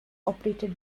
operated